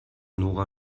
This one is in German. nora